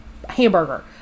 hamburger